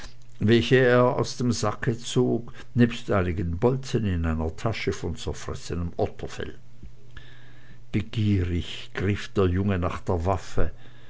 welche er aus dem sacke zog nebst einigen bolzen in einer tasche von zerfressenem otterfell begierig griff der junge nach der waffe